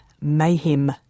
Mayhem